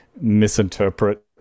misinterpret